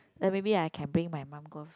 then maybe I can bring my mum goes